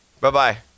Bye-bye